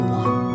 one